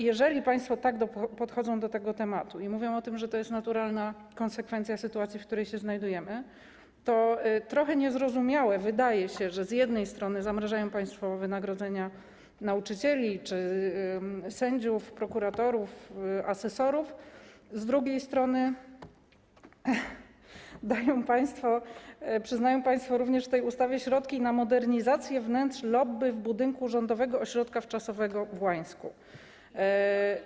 Jeżeli państwo tak podchodzą do tego tematu i mówią, że to jest naturalna konsekwencja sytuacji, w której się znajdujemy, to trochę niezrozumiałe wydaje się, że z jednej strony zamrażają państwo wynagrodzenia nauczycieli czy sędziów, prokuratorów, asesorów, a z drugiej strony przyznają państwo w tej ustawie środki na modernizację wnętrz lobby w budynku rządowego ośrodka wczasowego w Łańsku.